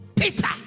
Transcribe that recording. Peter